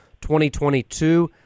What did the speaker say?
2022